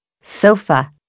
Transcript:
Sofa